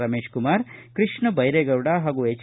ರಮೇಶ್ ಕುಮಾರ್ ಕೃಷ್ಣ ಬೈರೇಗೌಡ ಹಾಗೂ ಹೆಜ್